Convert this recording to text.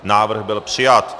Návrh byl přijat.